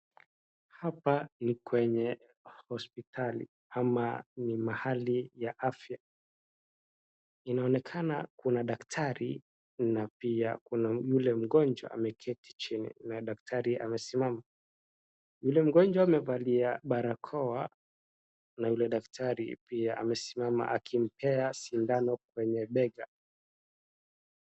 Hapa ni kwenye hospitali ama ni mahali ya afya , inaonekana kuna daktari na pia kuna yule mgonjwa ameketi chini na daktari amesimama yule mgonjwa amevalia barakoa na yule daktari amesimama akimpea sindano kwenye bega.